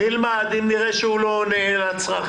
נלמד אותו ואם נראה שהוא לא עונה לצרכים,